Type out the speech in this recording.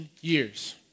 years